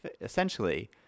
essentially